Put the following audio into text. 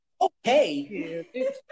Okay